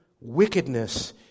wickedness